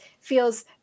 feels